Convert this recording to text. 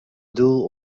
doel